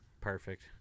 Perfect